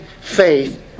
faith